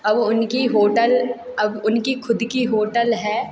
अब उनकी होटल अब उनकी खुद की होटल है